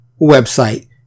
website